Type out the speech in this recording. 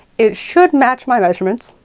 it should match my measurements,